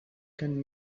kandi